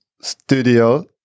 studio